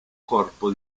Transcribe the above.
corpo